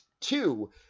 two